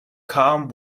calm